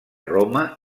roma